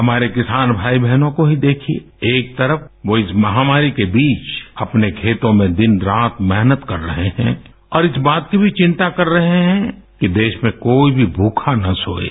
हमारे किसान भाई बहनों को ही देखिये एक तरफ वो इस महामारी के बीच अपने खेतों में दिन रात मेहनत कर रहे हैं और इस बात की भी चिंता कर रहे हैं कि देश में कोई भी भूखा ना सोये